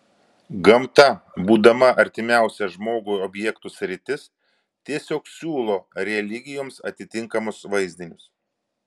gamta būdama artimiausia žmogui objektų sritis tiesiog siūlo religijoms atitinkamus vaizdinius